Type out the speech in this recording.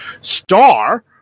star